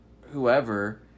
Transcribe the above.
whoever